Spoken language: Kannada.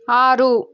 ಆರು